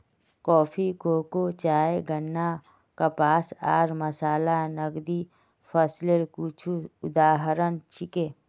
coffee, cocoa, चाय, गन्ना, कपास आर मसाला नकदी फसलेर कुछू उदाहरण छिके